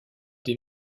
des